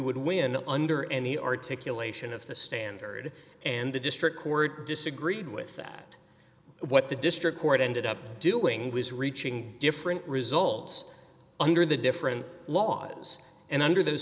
would win under any articulation of the standard and the district court disagreed with that what the district court ended up doing was reaching different results under the different laws and under those